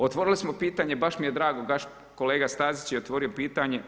Otvorili smo pitanje, baš mi je drago, baš kolega Stazić je otvorio pitanje.